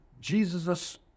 Jesus